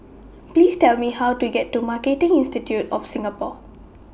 Please Tell Me How to get to Marketing Institute of Singapore